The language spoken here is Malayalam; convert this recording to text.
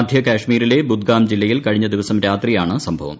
മധ്യ കാശ്മീരിലെ ബുദ്ഗാട്ട ജില്ലയിൽ കഴിഞ്ഞ ദിവസം രാത്രിയാണ് സംഭവം